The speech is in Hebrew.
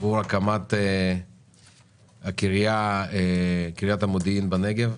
עבור הקמת קריית המודיעין בנגב.